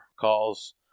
calls